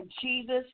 Jesus